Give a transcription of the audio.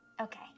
Okay